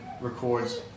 records